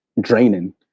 Draining